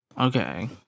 Okay